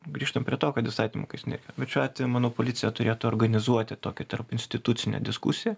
grįžtam prie to kad įstatymų keist nereikia bet šiuo atveju manau policija turėtų organizuoti tokį tarpinstitucinę diskusiją